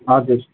हजुर